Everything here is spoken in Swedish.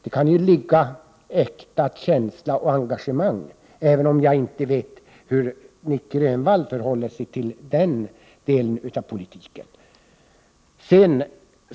Det kan ligga äkta känsla och engagemang bakom, även om jag inte vet hur Nic Grönvall förhåller sig till den delen av politiken.